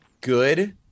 good